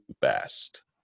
best